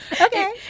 Okay